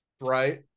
right